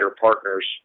partners